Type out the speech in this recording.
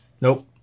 Nope